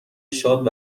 شاد